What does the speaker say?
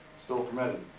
still permitted.